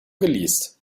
geleast